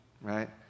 Right